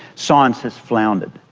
science has floundered.